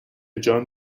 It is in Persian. جان